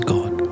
God